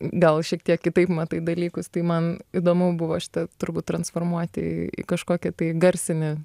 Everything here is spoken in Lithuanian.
gal šiek tiek kitaip matai dalykus tai man įdomu buvo šitą turbūt transformuoti į kažkokią tai garsinę